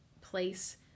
place